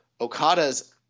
Okada's